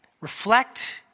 reflect